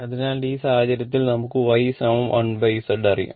അതിനാൽ ഈ സാഹചര്യത്തിൽ നമുക്ക് Y1Z അറിയാം